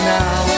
now